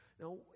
Now